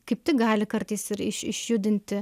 kaip tik gali kartais ir iš išjudinti